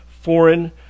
foreign